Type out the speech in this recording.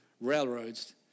railroads